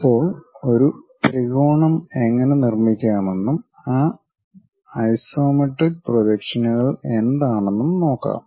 ഇപ്പോൾ ഒരു ത്രികോണം എങ്ങനെ നിർമ്മിക്കാമെന്നും ആ ഐസോമെട്രിക് പ്രൊജക്ഷനുകൾ എന്താണെന്നും നോക്കാം